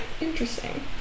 interesting